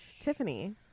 Tiffany